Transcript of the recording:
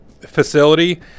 facility